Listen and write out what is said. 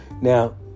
Now